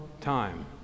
time